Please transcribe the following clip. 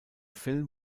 film